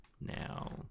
now